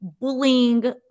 bullying